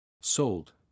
Sold